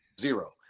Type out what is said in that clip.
zero